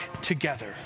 together